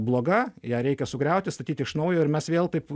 bloga ją reikia sugriauti statyt iš naujo ir mes vėl taip